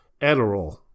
Adderall